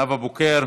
נאוה בוקר,